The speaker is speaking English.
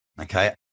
Okay